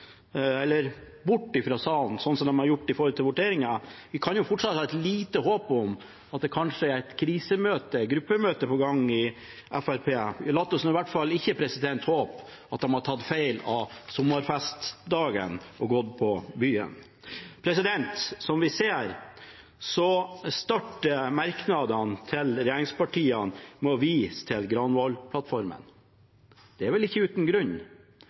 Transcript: eller bort fra salen – slik som man har gjort når det gjelder voteringen. Vi kan fortsatt ha et lite håp om at det kanskje er et krisemøte eller et gruppemøte på gang i Fremskrittspartiet. La oss i hvert fall håpe at de ikke har tatt feil av sommerfestdagen og gått på byen. Som vi ser, starter merknadene fra regjeringspartiene med å vise til Granavolden-plattformen. Det er vel ikke uten grunn.